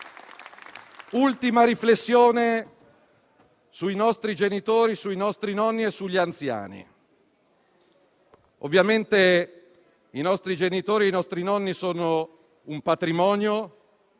un'ultima riflessione sui nostri genitori, sui nostri nonni e sugli anziani. Ovviamente i nostri genitori e i nostri nonni sono un patrimonio